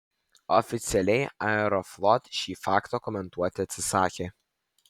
oficialiai aeroflot šį faktą komentuoti atsisakė